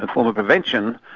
a form of prevention,